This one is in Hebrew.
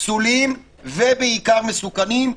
פסולים ובעיקר מסוכנים.